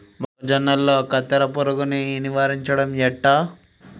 మొక్కజొన్నల కత్తెర పురుగుని నివారించడం ఎట్లా?